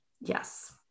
Yes